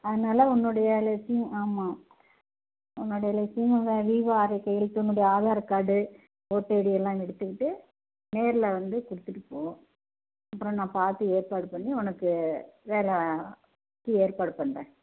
அதனால் உன்னுடைய ரெஸ்யூம் ஆமாம் உன்னுடைய ரெஸ்யூம்மில விவோ ஆர்ஐ கையெழுத்து உன்னுடைய ஆதார் கார்டு ஓட்டு ஐடி எல்லாம் எடுத்துக்கிட்டு நேரில் வந்து கொடுத்துட்டு போ அப்புறம் நான் பார்த்து ஏற்பாடு பண்ணி உனக்கு வேறு வேலைக்கு ஏற்பாடு பண்ணுறேன்